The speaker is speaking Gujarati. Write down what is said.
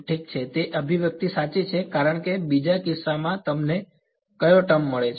ઠીક છે કે અભિવ્યક્તિ સાચી છે કારણ કે બીજા કિસ્સામાં તમને કયો ટર્મ મળે છે